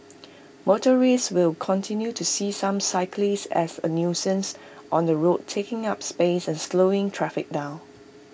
motorists will continue to see some cyclists as A nuisance on the road taking up space and slowing traffic down